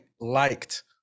liked